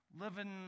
living